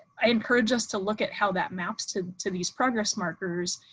i encourage us to look at how that maps to to these progress markers.